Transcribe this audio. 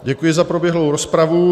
Děkuji za proběhlou rozpravu.